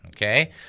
Okay